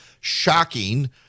shocking